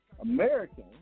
American